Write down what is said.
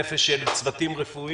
בריאות הנפש של צוותים רפואיים,